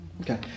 Okay